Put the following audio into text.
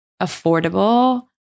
affordable